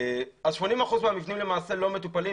80% מהמבנים לא מטופלים,